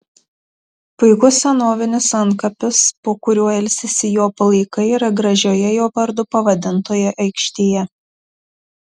puikus senovinis antkapis po kuriuo ilsisi jo palaikai yra gražioje jo vardu pavadintoje aikštėje